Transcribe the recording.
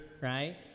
right